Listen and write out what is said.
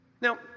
now